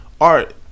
art